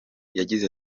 yagize